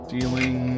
Dealing